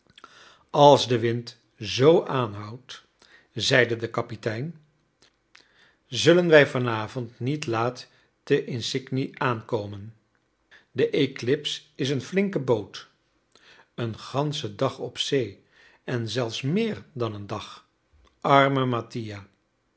als de wind zoo aanhoudt zeide de kapitein zullen wij vanavond niet laat te isigny aankomen de eclips is een flinke boot een ganschen dag op zee en zelfs meer dan een dag arme mattia